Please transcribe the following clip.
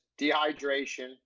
dehydration